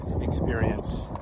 experience